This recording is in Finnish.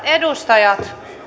edustajat